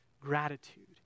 gratitude